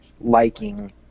liking